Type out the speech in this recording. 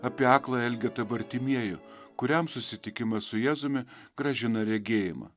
apie aklą elgetą bartimiejų kuriam susitikimas su jėzumi grąžina regėjimą